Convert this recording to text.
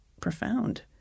profound